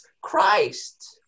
Christ